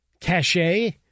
cachet